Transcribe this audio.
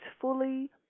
fully